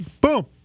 boom